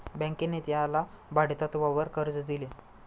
बँकेने त्याला भाडेतत्वावर कर्ज दिले